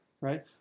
right